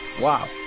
Wow